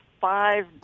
five